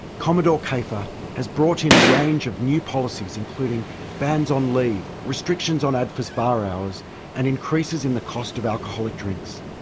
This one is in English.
commodore kafer has brought in a range of new policies including bans on leave, restrictions on adfa's bar hours and increases in the cost of alcoholic drinks.